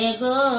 go